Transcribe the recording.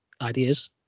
ideas